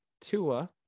Tua